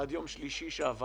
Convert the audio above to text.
שעד יום שלישי שעבר